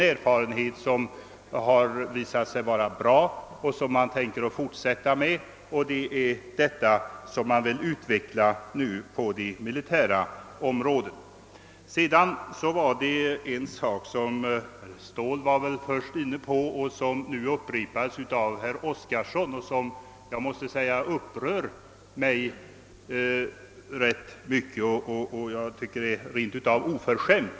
Erfarenheterna härav har varit goda, och man har nu tänkt sig en fortsatt utveckling efter denna linje på det militära området. Herr Ståhl gjorde ett uttalande, som sedan upprepades av herr Oskarson och som jag måste säga upprör mig rätt mycket. Jag tycker att det är rent av oförskämt.